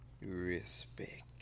Respect